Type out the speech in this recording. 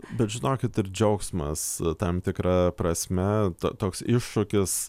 bet žinokit ir džiaugsmas tam tikra prasme toks iššūkis